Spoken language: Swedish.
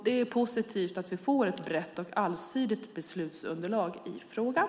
Det är positivt att vi får ett brett och allsidigt beslutsunderlag i frågan.